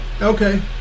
Okay